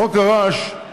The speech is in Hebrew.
בחוק הרעש,